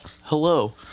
Hello